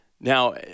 Now